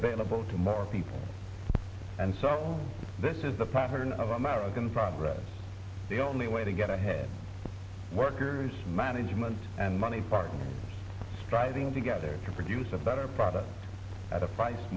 available to more people and so this is the pattern of american progress the only way to get ahead worker is management and money part striving together to produce a better product at a price